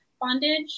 bondage